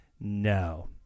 no